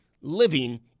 living